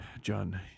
John